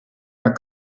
are